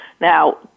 Now